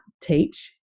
teach